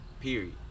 Period